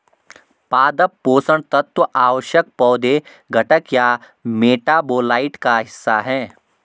पादप पोषण तत्व आवश्यक पौधे घटक या मेटाबोलाइट का हिस्सा है